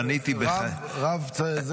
בניתי בחיי --- יש רב יישוב,